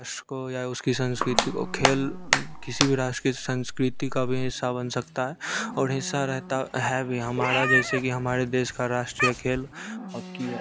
राष्ट्र को या उसकी संस्कृति को खेल किसी भी राष्ट्र की संस्कृति का भी हिस्सा बन सकता है और हिस्सा रहता है भी हमारा जैसे कि हमारे देश का राष्ट्रीय खेल हॉकी है